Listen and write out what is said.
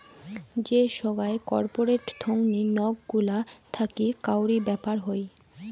যে সোগায় কর্পোরেট থোঙনি নক গুলা থাকি কাউরি ব্যাপার হই